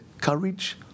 courage